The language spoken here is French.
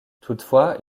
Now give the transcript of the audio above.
toutefois